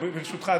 ברשותך,